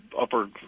upper